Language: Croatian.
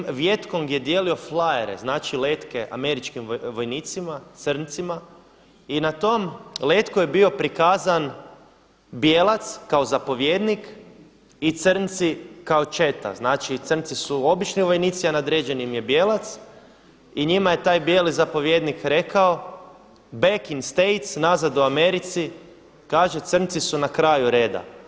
Tada je Vijetkong je dijelio flyerse, znači letke američkim vojnicima crncima i na tom letku je bio prikazan bijelac kao zapovjednik i crnci kao četa, znači crnci su obični vojnici a nadređeni im je bijelac i njima je taj bijeli zapovjednik rekao backing states nazad u Americi kaže crnci su na kraju reda.